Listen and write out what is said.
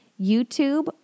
YouTube